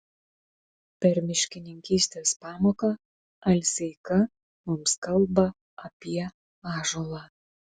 per miškininkystės pamoką alseika mums kalba apie ąžuolą